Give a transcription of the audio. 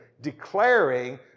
declaring